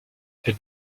elle